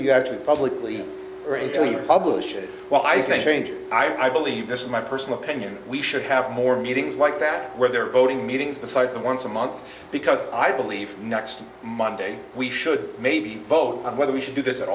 you actually publicly or internally publish it while i think changes i believe this is my personal opinion we should have more meetings like that where they're voting meetings besides them once a month because i believe next monday we should maybe vote on whether we should do this at